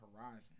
horizon